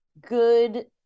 good